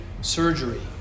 surgery